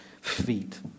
feet